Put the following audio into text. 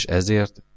ezért